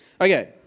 Okay